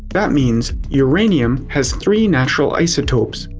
that means uranium has three natural isotopes.